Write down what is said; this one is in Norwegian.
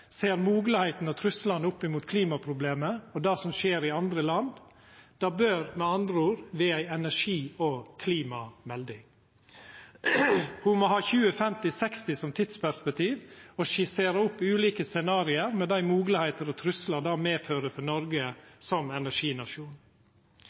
ser moglegheitene og truslane opp mot klimaproblemet og det som skjer i andre land. Det bør med andre ord vera ei energi- og klimamelding. Ho må ha 2050–2060 som tidsperspektiv og skissera opp ulike scenario, med dei moglegheitene og dei truslane det medfører for Noreg